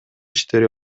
иштери